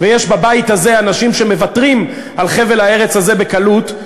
ויש בבית הזה אנשים שמוותרים על חבל הארץ הזה בקלות.